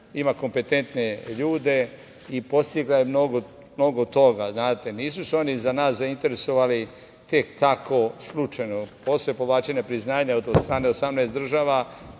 ima kompetentne ljude i postigla je mnogo toga. Znate, nisu se oni za nas zainteresovali tek tako slučajno. Posle povlačenja priznanja od strane 18 država